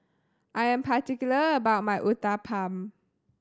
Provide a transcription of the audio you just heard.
I am particular about my Uthapam